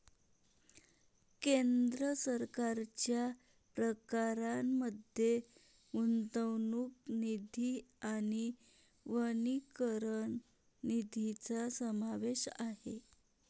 केंद्र सरकारच्या प्रकारांमध्ये गुंतवणूक निधी आणि वनीकरण निधीचा समावेश आहे